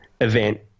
event